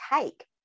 take